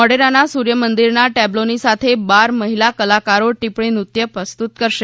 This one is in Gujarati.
મોઢેરાના સૂર્યમંદિરના ટેબ્લોની સાથે બાર મહિલા કલાકારો ટિપ્પણી નૃત્ય પ્રસ્તુત કરશે